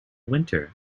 winter